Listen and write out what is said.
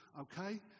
okay